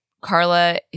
Carla